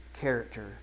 character